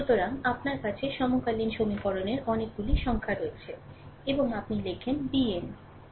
সুতরাং আপনার কাছে সমকালীন সমীকরণের অনেকগুলি সংখ্যা রয়েছে এবং আপনি লেখেন bn